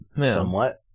somewhat